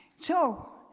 so,